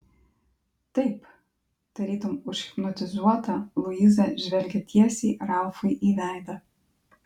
taip tarytum užhipnotizuota luiza žvelgė tiesiai ralfui į veidą